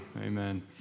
Amen